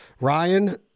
Ryan